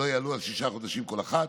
שלא יעלו על שישה חודשים כל אחת,